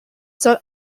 soll